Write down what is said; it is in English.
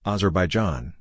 Azerbaijan